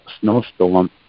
snowstorm